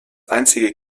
einzige